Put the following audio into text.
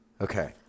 Okay